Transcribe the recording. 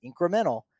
incremental